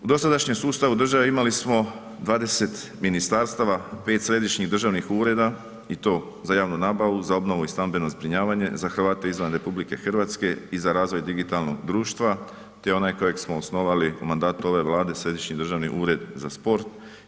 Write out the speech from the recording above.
U dosadašnjem sustavu države imali smo 20 ministarstva, 5 središnjih državnih ureda i to za javnu nabavu, za obnovu i stambeno zbrinjavanje, za Hrvate izvan RH i za razvoj digitalnog društva te onaj kojeg smo osnovali u mandatu ove Vlade, Središnji državni ured za spor.